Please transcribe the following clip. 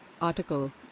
Article